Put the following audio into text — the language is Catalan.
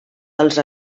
dels